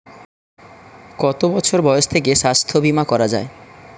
কত বছর বয়স থেকে স্বাস্থ্যবীমা করা য়ায়?